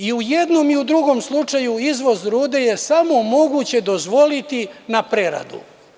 I u jednom i u drugom slučaju izvoz rude je samo moguće dozvoliti na preradu.